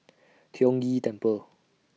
Tiong Ghee Temple